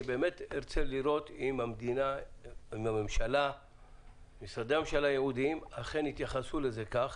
באמת ארצה לראות האם הממשלה ומשרדי הממשלה הייעודיים אכן התייחסו לזה כך